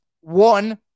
one